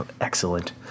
Excellent